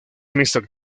mixtas